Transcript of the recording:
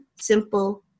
simple